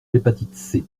l’hépatite